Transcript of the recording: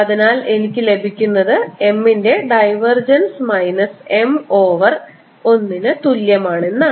അതിനാൽ എനിക്ക് ലഭിക്കുന്നത് M ന്റെ divergence minus M over l ന് തുല്യമാണെന്നാണ്